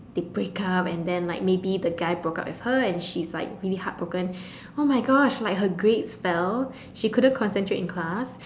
they break up and then like maybe the guy broke up with her and she's like really heartbroken !oh-my-gosh! her like grades fell she couldn't concentrate in class